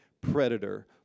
predator